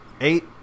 eight